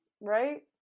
right